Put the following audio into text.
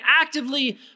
actively